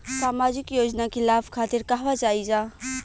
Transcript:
सामाजिक योजना के लाभ खातिर कहवा जाई जा?